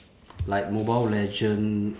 like mobile legend